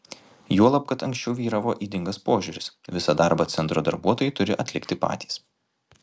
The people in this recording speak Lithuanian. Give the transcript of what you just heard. juolab kad anksčiau vyravo ydingas požiūris visą darbą centro darbuotojai turi atlikti patys